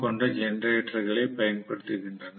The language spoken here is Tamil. கொண்ட ஜெனெரேட்டர்களை பயன்படுத்துகின்றன